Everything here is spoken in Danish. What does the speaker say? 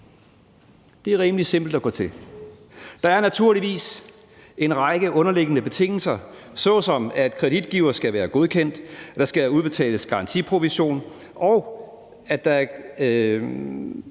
Det er rimelig simpelt at gå til. Der er naturligvis en række underliggende betingelser, såsom at kreditgiver skal være godkendt, at der skal udbetales garantiprovision, og at det er